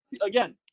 again